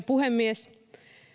puhemies